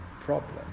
problem